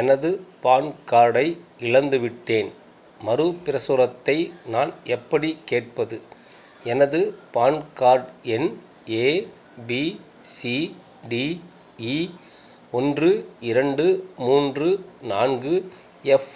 எனது பான் கார்டை இழந்துவிட்டேன் மறுபிரசுரத்தை நான் எப்படி கேட்பது எனது பான் கார்ட் எண் ஏபிசிடிஇ ஒன்று இரண்டு மூன்று நான்கு எஃப்